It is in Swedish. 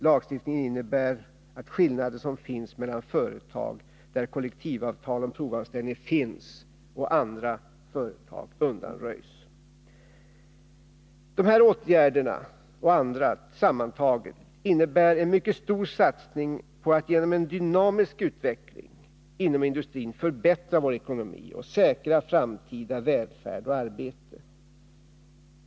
Lagstiftningen innebär att skillnader mellan företag där kollektivavtal om provanställning finns och andra företag undanröjs. Dessa åtgärder och andra innebär sammantagna en mycket stor satsning på att genom en dynamisk utveckling inom industrin förbättra vår ekonomi och säkra framtida välfärd och arbete.